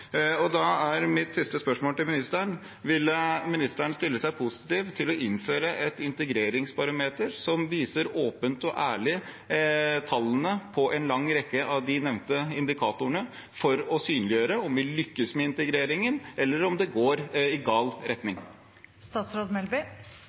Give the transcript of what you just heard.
Da er mitt siste spørsmål til ministeren: Ville ministeren stille seg positiv til å innføre et integreringsbarometer som åpent og ærlig viser tallene på en lang rekke av de nevnte indikatorene for å synliggjøre om vi lykkes med integreringen, eller om det går i gal